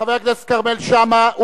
חבר הכנסת כרמל שאמה.